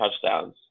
touchdowns